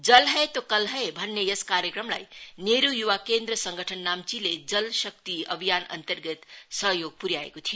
जल है तो कल है भन्ने यस कार्यक्रमलाई नेहरू युवा केन्द्र संगठन नाम्चीले जल शक्ति अभियान अन्तर्गत सहयोग पुर्याएको थियो